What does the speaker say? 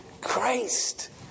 Christ